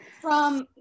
from-